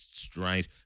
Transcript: straight